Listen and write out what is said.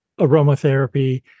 aromatherapy